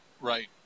Right